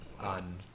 on